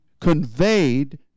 conveyed